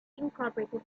incorporated